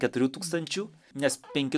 keturių tūkstančių nes penki